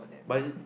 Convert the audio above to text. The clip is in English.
but